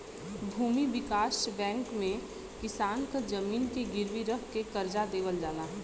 भूमि विकास बैंक में किसान क जमीन के गिरवी रख के करजा देवल जाला